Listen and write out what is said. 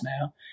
now